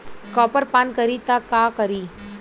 Copper पान करी त का करी?